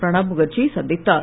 பிரணாப் முகர்ஜியை சந்தித்தார்